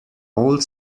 old